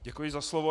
Děkuji za slovo.